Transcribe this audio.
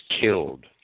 killed